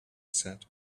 said